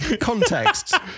context